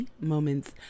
Moments